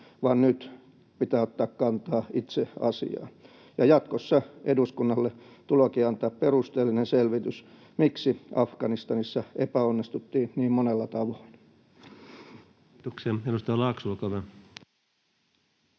vaan nyt pitää ottaa kantaa itse asiaan. Jatkossa eduskunnalle tuleekin antaa perusteellinen selvitys, miksi Afganistanissa epäonnistuttiin niin monella tavoin. [Speech 103] Speaker: Ensimmäinen